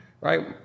right